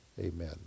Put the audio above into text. amen